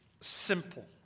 simple